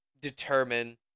determine